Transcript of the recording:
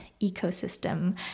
ecosystem